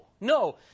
no